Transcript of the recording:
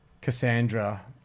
Cassandra